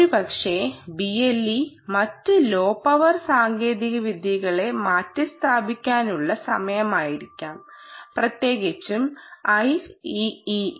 ഒരുപക്ഷേ BLE മറ്റ് low power സാങ്കേതിക വിദ്യകളെ മാറ്റിസ്ഥാപിക്കാനുള്ള സമയമായിരിക്കാം പ്രത്യേകിച്ചും IEEE 802